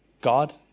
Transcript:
God